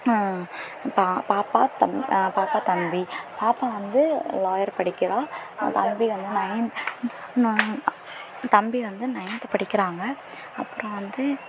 பா பாப்பா தம் பாப்பா தம்பி பாப்பா வந்து லாயர் படிக்கிறாள் தம்பி வந்து நயன் நா தம்பி வந்து நயன்த்து படிக்கிறாங்க அப்புறம் வந்து